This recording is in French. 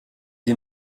des